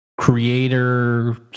creator